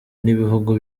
n’ibihugu